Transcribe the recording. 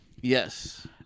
yes